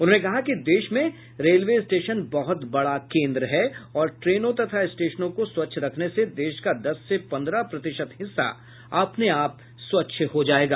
उन्होंने कहा कि देश में रेलवे स्टेशन बहुत बड़ा केन्द्र है और ट्रेनों तथा स्टेशनों को स्वच्छ रखने से देश का दस से पन्द्रह प्रतिशत हिस्सा अपने आप स्वच्छ हो जायेगा